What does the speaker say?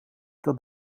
dat